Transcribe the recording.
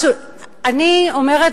אני אומר לך שלא.